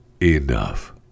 enough